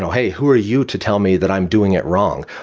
hey, who are you to tell me that i'm doing it wrong?